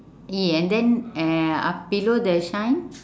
E and then uh ah below the shine